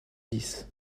dix